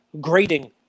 Grading